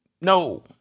no